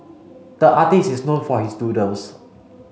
the artist is known for his doodles